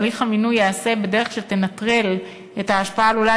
הליך המינוי ייעשה בדרך שתנטרל את ההשפעה העלולה